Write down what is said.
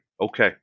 Okay